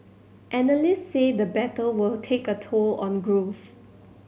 analysts say the battle will take a toll on growth